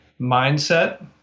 mindset